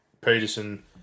Peterson